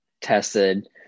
tested